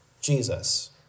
Jesus